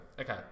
okay